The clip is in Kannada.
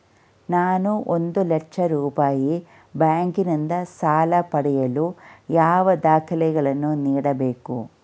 ನಾನು ಒಂದು ಲಕ್ಷ ರೂಪಾಯಿ ಬ್ಯಾಂಕಿನಿಂದ ಸಾಲ ಪಡೆಯಲು ಯಾವ ದಾಖಲೆಗಳನ್ನು ನೀಡಬೇಕು?